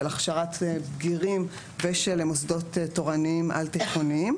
של הכשרת בגירים ושל מוסדות תורניים על-תיכוניים.